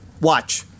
Watch